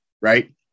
right